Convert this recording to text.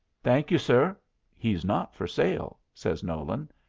thank you, sir he's not for sale, says nolan,